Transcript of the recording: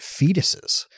fetuses